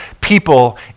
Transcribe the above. people